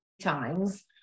times